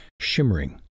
shimmering